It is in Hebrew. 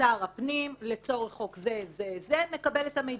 שר הפנים לצורך חוק זה וזה מקבל את המידע.